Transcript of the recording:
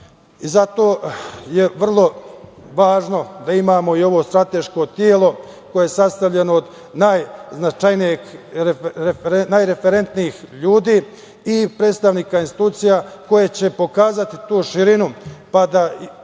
je vrlo važno da imamo i ovo strateško telo, koje je sastavljeno od najreferentnijih ljudi i predstavnika institucija, koje će pokazati tu širinu, pa da